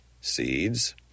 seeds